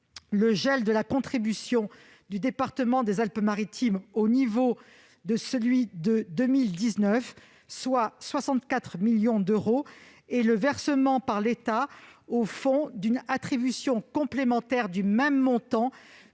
le gel de la contribution du département des Alpes-Maritimes au niveau de 2019, soit 64 millions d'euros, et le versement par l'État au fonds d'une compensation de même montant